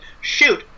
shoot